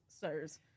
sirs